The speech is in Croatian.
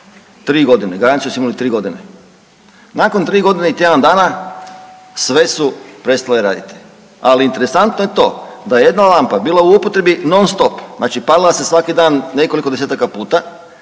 3 godine, garanciju su imale 3 godine. Nakon 3 godine i tjedan dana sve su prestale raditi ali interesantno je i to da jedna lampa bila u upotrebi non stop znači palila se svaki dan nekoliko desetaka puta,